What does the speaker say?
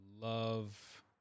love